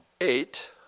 eight